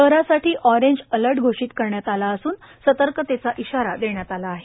शहरासाठी orange alert घोषित करण्यात आला असून सतर्कतेचा इशारा देण्यात आला आहे